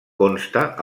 consta